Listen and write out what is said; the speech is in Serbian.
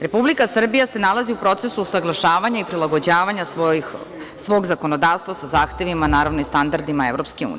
Republika Srbija se nalazi u procesu usaglašavanja i prilagođavanja svog zakonodavstva sa zahtevima i standaridima EU.